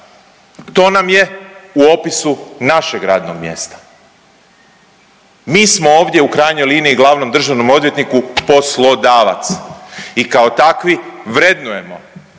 To nam je u opisu našeg radnog mjesta. Mi smo ovdje u krajnjoj liniji glavnom državnom odvjetniku poslodavac i kao takvi vrednujemo,